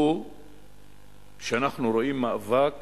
הוא שאנחנו רואים מאבק